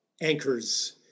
anchors